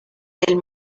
del